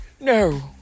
No